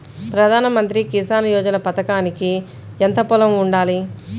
ప్రధాన మంత్రి కిసాన్ యోజన పథకానికి ఎంత పొలం ఉండాలి?